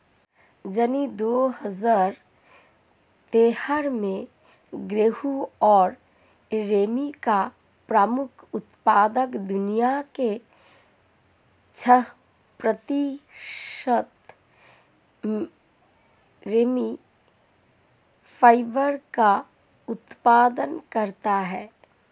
चीन, दो हजार तेरह में गेहूं और रेमी का प्रमुख उत्पादक, दुनिया के छह प्रतिशत रेमी फाइबर का उत्पादन करता है